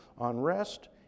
unrest